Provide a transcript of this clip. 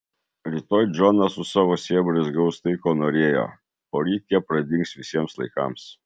rytoj džonas su savo sėbrais gaus tai ko norėjo poryt jie pradings visiems laikams